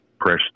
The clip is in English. press